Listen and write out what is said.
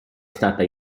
stata